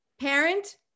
parent